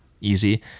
easy